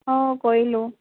অ' কৰিলোঁ